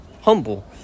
humble